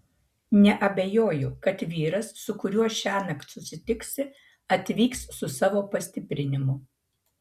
neabejoju kad vyras su kuriuo šiąnakt susitiksi atvyks su savo pastiprinimu